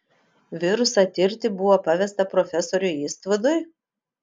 virusą tirti buvo pavesta profesoriui istvudui